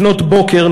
לפנות בוקר,